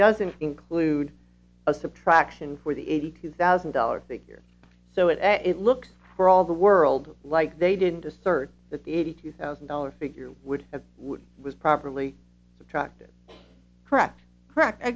doesn't include a subtraction for the eighty two thousand dollars figure so it and it looks for all the world like they didn't assert that the eighty two thousand dollars figure would have would was properly attractive correct correct i